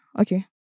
okay